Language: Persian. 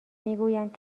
میگویند